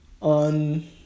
on